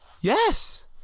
Yes